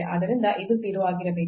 ಆದ್ದರಿಂದ ಇದು 0 ಆಗಿರಬೇಕು